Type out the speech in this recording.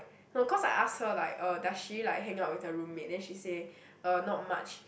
no cause I ask her like uh does she like hangout with her roommate then she say uh not much